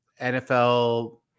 NFL